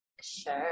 Sure